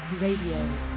Radio